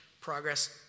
progress